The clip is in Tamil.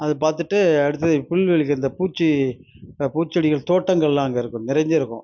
அதை பார்த்துட்டு அடுத்தது புல்வெளிகள் இந்த பூச்சி பூச்செடிகள் தோட்டங்களெலாம் அங்கே இருக்கும் நிறைஞ்சு இருக்கும்